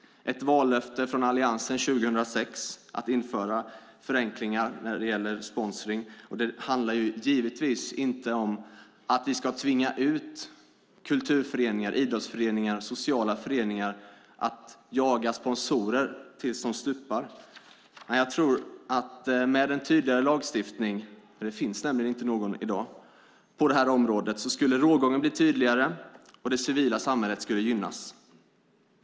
Ett vallöfte från Alliansen 2006 var att införa förenklingar när det gäller sponsring. Det handlar givetvis inte om att vi ska tvinga ut kulturföreningar, idrottsföreningar eller sociala föreningar att jaga sponsorer tills de stupar. Men jag tror att med en tydligare lagstiftning på det här området - det finns nämligen inte någon i dag - skulle rågången bli tydligare och det civila samhället skulle gynnas.